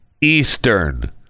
Eastern